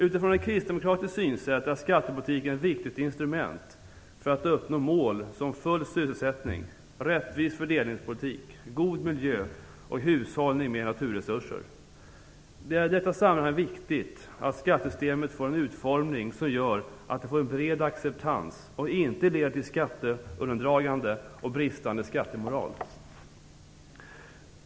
Utifrån ett kristdemokratiskt synsätt är skattepolitiken ett viktigt instrument för att uppnå mål som full sysselsättning, rättvis fördelningspolitik, god miljö och hushållning med naturresurser. Det är i detta sammanhang viktigt att skattesystemet får en utformning som gör att det får en bred acceptans och inte leder till skatteundandragande och bristande skattemoral.